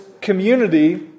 community